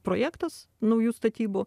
projektas naujų statybų